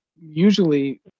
usually